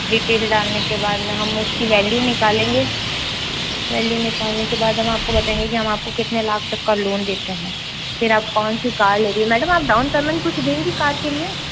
detail डालने के बाद में हम उसकी वैल्यू निकालेंगे वैल्यू निकालने के बाद हम आपको बताएँगे कि हम आपको कितने लाख तक का लोन देते हैं फिर आप कौन सी कार ले रही है मैडम आप डाउन पेमेंट कुछ देंगी कार के लिए